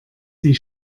sie